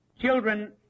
children